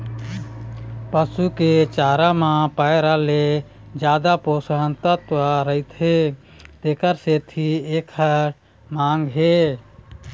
पसू के चारा म पैरा ले जादा पोषक तत्व रहिथे तेखर सेती एखर मांग हे